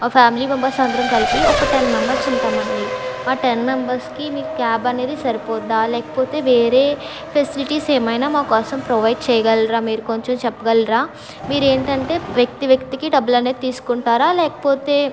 మా family members అందరం కలిపి ఒక టెన్ మెంబర్స్ ఉంటామండి ఆ టెన్ మెంబెర్స్కి మీ క్యాబ్ అనేది సరిపోద్దా లేకపోతే వేరే ఫెసిలిటీస్ ఏమైనా మా కోసం ప్రొవైడ్ చేయగలరా మీరు కొంచెం చెప్పగలరా మీరు ఏంటంటే వ్యక్తి వ్యక్తికి డబ్బులు అనేది తీసుకుంటారా లేకపోతే